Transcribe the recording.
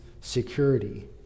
security